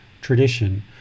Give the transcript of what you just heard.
tradition